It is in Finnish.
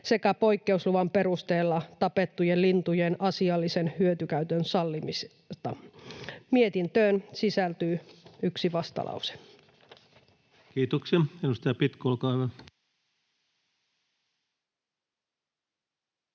sekä poikkeusluvan perusteella tapettujen lintujen asiallisen hyötykäytön sallimista. Mietintöön sisältyy yksi vastalause. [Speech 236] Speaker: